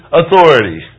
authority